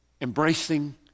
embracing